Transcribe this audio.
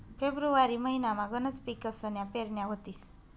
February महिनामा गनच पिकसन्या पेरण्या व्हतीस